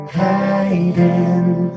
hiding